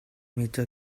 metge